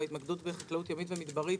ההתמקדות בחקלאות ימית ומדברית,